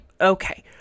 Okay